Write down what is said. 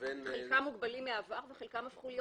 לבין --- חלקם מוגבלים מהעבר וחלקם הפכו להיות